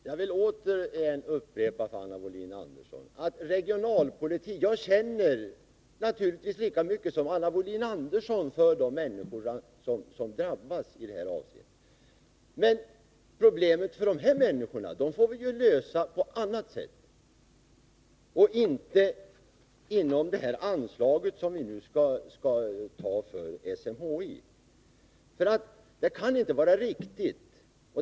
Herr talman! Jag vill återigen upprepa för Anna Wohlin-Andersson att jag naturligtvis känner lika mycket som hon för de människor som drabbas i det här avseendet. Men problemet för de här människorna får vi lösa på annat sätt och inte nu när vi skall fatta beslut om anslaget till SMHI. Det kan inte vara riktigt att göra det.